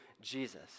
Jesus